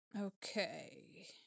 Okay